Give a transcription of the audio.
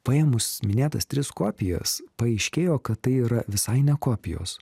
paėmus minėtas tris kopijas paaiškėjo kad tai yra visai ne kopijos